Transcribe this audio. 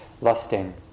lusting